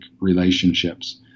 relationships